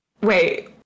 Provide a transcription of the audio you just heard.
Wait